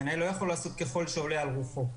המנהל לא יכול לעשות ככל שעולה על רוחו.